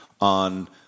on